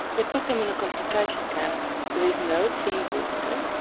they put them in a concentration camp where there's no clean water.